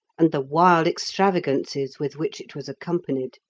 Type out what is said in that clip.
and the wild extravagances with which it was accompanied.